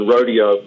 Rodeo